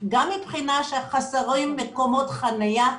גם מבחינה שחסרים מקומות חנייה,